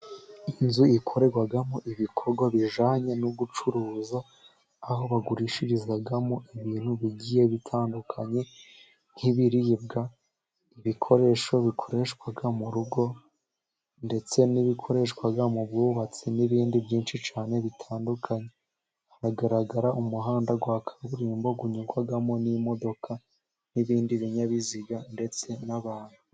Inzu ikorerwamo ibikorwa bijyanye no gucuruza, aho bagurishirizamo ibintu bigiye bitandukanye nk'ibiribwa, ibikoresho bikoreshwa murugo ndetse n'ibikoreshwa mu bwubatsi n'ibindi byinshi cyane bitandukanye, hagaragara umuhanda wa kaburimbo unyurwamo n'imodoka n'ibindi binyabiziga ndetse n'abantu.